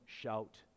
shout